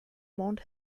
mourned